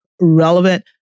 relevant